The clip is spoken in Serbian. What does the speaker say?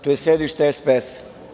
Tu je sedište SPS.